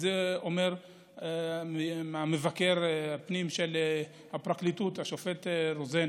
את זה אומר מבקר הפנים של הפרקליטות, השופט רוזן